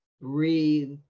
Breathe